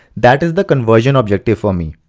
that is the conversion objective for me.